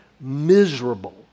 miserable